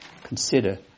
Consider